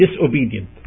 disobedient